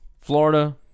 Florida